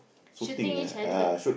shooting each other